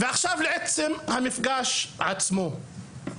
ועכשיו לעצם המפגש עצמו,